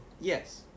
Yes